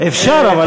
אפשר לוותר.